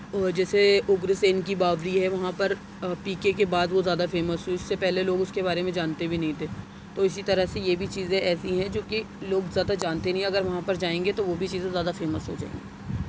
اور جیسے اُگر سین کی باوری ہے وہاں پر پی کے کے بعد وہ زیادہ فیمس ہوئی اس سے پہلے لوگ اس کے بارے میں جانتے بھی نہیں تھے تو اسی طرح سے یہ بھی چیزے ایسی ہیں جو کہ لوگ زیادہ جانتے نہیں ہیں اگر وہاں پر جائیں گے تو وہ بھی چیزیں زیادہ فیمس ہو جائیں گی